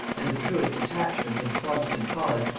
and the truest attachment to the protestant cause,